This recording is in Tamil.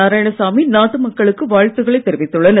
நாராயணசாமி ஆகியோர் நாட்டு மக்களுக்கு வாழ்த்துக்களை தெரிவித்துள்ளனர்